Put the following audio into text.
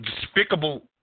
despicable